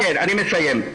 אני מסיים.